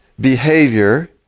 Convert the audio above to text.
Behavior